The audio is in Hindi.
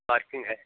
पार्किंग है